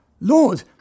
Lord